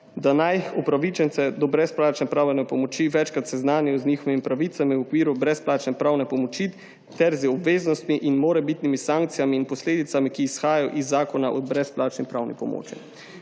da naj upravičence do brezplačne pravne pomoči večkrat seznanijo z njihovimi pravicami v okviru brezplačne pravne pomoči ter z obveznostmi in morebitnimi sankcijami in posledicami, ki izhajajo iz Zakona o brezplačni pravni pomoči.